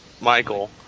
Michael